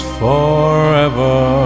forever